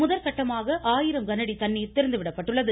முதற்கட்டமாக ஆயிரம் கனஅடி தண்ணீர் திறந்துவிடப்பட்டுள்ளது